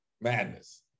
Madness